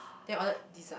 then we ordered dessert